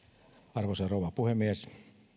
arvoisa rouva puhemies